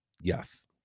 Yes